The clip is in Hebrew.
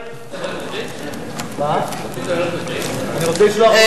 אני רוצה לשלוח,